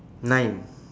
nine